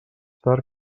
tard